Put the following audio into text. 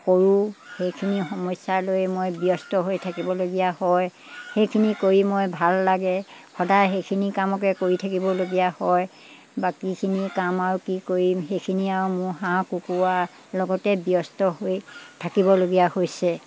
কৰোঁ সেইখিনি সমস্যালৈয়ে মই ব্যস্ত হৈ থাকিবলগীয়া হয় সেইখিনি কৰি মই ভাল লাগে সদায় সেইখিনি কামকে কৰি থাকিবলগীয়া হয় বাকীখিনি কাম আৰু কি কৰিম সেইখিনি আৰু মোৰ হাঁহ কুকুৰাৰ লগতে ব্যস্ত হৈ থাকিবলগীয়া হৈছে